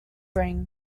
ring